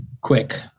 quick